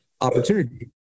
opportunity